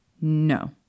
No